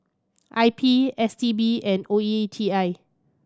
I P S T B and O E T I